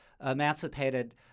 emancipated